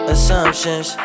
assumptions